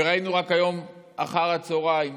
וראינו רק היום אחר הצוהריים